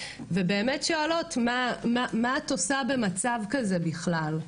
ושואלות מה את עושה במצב כזה בכלל.